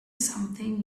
something